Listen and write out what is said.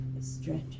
stretch